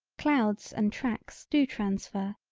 clouds and tracks do transfer,